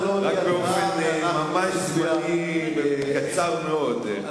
רק באופן ממש זמני וקצר מאוד.